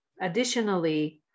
additionally